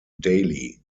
daily